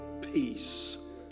peace